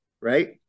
right